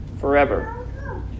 forever